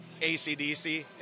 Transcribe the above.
ACDC